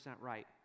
right